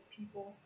people